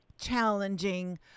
challenging